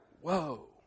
Whoa